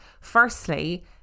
firstly